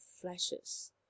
flashes